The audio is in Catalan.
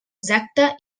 exacta